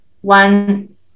one